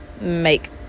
make